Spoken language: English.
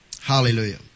Hallelujah